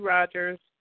Rogers